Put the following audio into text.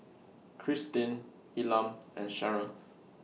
Kristyn Elam and Sharon